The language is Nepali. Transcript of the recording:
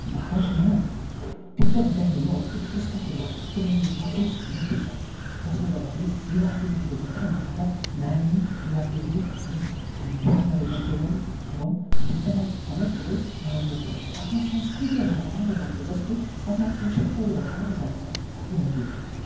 भारतमा टिकटक ब्यान्ड हुनु अति उत्कृष्ट कुरो हो किनकि यो बर्जित हुनै ठिक छ जसले गर्दाखेरि युवा पिँढीहरू मात्र नभएर नानी युवा पिँढी अनि बिहे गरेका यौवन एवम् बृद्धलाई समेत यसले नराम्रो पुऱ्याएको छ आफ्ना संस्कृतिहरू हराएर जान्छ जस्तै आफ्नो पोसाकहरू हराएर जान्छ किनकि